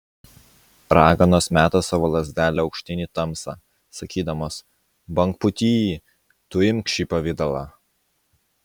raganos meta savo lazdelę aukštyn į tamsą sakydamos bangpūty tu imk šį pavidalą